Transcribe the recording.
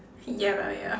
ya lah ya